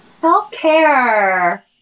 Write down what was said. Self-care